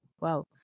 wow